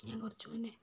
ഞാൻ കുറച്ച് മുന്നെ